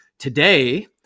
Today